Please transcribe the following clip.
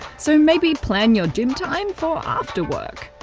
so maybe plan your gym time for after work.